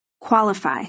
Qualify